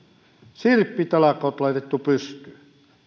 sirppitalkoot laitettu pystyyn